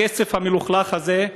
של הכסף המלוכלך הזה,